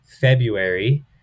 February